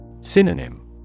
Synonym